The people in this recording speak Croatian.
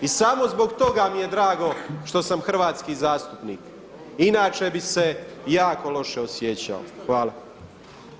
I samo zbog toga mi je drago što sam hrvatski zastupnik, inače bi se jako loše osjećao.